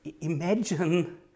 Imagine